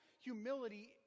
humility